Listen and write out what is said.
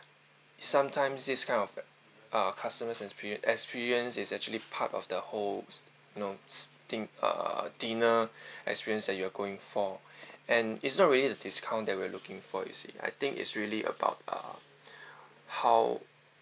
sometimes this kind of uh customer experi~ experience is actually part of the whole you know din~ uh dinner experience that you are going for and it's not really the discount that we're looking for you see I think is really about uh how